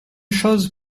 chose